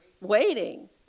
waiting